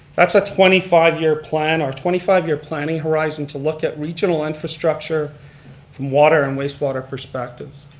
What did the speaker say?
that's a twenty five year plan, or twenty five year planning horizon, to look at regional infrastructure, from water and wastewater perspectives.